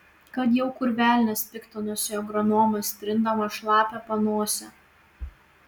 kad jas kur velnias piktinosi agronomas trindamas šlapią panosę